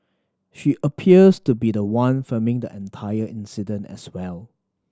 she appears to be the one filming the entire incident as well